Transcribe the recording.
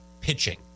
pitching